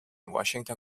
washington